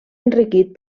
enriquit